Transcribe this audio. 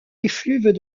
effluves